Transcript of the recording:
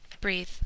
breathe